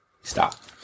Stop